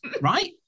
Right